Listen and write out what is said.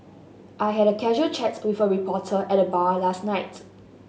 I had a casual chat with a reporter at the bar last night